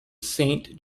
saint